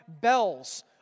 bells